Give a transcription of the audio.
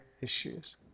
issues